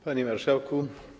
Panie Marszałku!